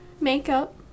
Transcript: makeup